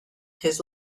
his